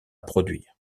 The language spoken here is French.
produire